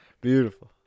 Beautiful